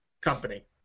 company